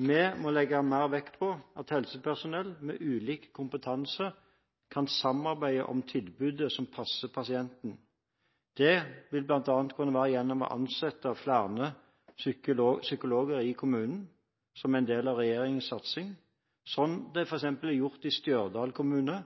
Vi må legge mer vekt på at helsepersonell med ulik kompetanse kan samarbeide om tilbudet som passer pasienten. Dette vil bl.a. kunne være gjennom å ansette flere psykologer i kommunen – som en del av regjeringens satsing, og som det f.eks. er gjort i Stjørdal kommune,